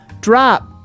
drop